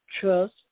trust